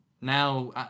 now